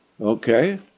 Okay